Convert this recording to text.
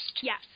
Yes